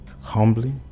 humbly